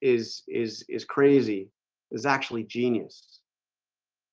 is is is crazy is actually genius